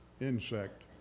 insect